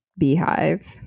beehive